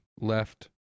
left